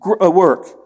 work